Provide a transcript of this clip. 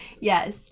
Yes